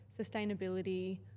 sustainability